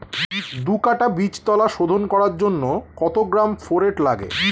দু কাটা বীজতলা শোধন করার জন্য কত গ্রাম ফোরেট লাগে?